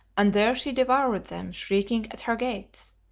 and there she devoured them shrieking at her gates,